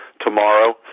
tomorrow